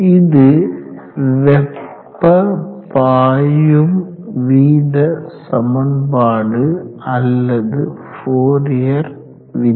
இது வெப்ப பாயும் வீத சமன்பாடு அல்லது ஃபோரியர் விதி